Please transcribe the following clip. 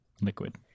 liquid